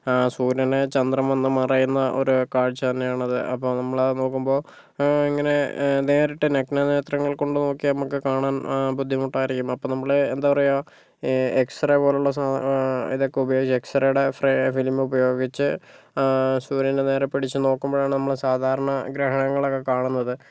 സൂര്യനെ ചന്ദ്രൻ വന്ന് മറയുന്ന ആ ഒരു കാഴ്ച തന്നെയാണ് അത് അപ്പോൾ നമ്മൾ അത് നോക്കുമ്പോൾ ഇങ്ങനെ നേരിട്ട് നഗ്നനേത്രം കൊണ്ട് നോക്കിയാൽ നമുക്ക് കാണാൻ ബുദ്ധിമുട്ടായിരിക്കും അപ്പം നമ്മൾ എന്താ പറയാ എക്സ്റേ പോലുള്ള സാധനങ്ങൾ ഇത് ഒക്കെ ഉപയോഗിച്ച് എക്സ്റേയുടെ ഫിലിം ഉപയോഗിച്ച് സൂര്യന് നേരെ പിടിച്ചു നോക്കുമ്പോഴാണ് നമ്മള് സാധാരണ ഗ്രഹണങ്ങളൊക്കെ കാണുന്നത്